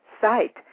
site